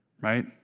right